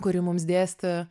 kuri mums dėstė